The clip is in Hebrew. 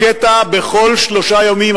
רקטה בכל שלושה ימים,